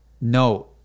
No